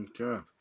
Okay